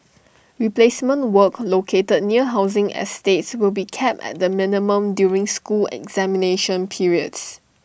replacement work located near housing estates will be kept at the minimum during school examination periods